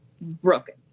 broken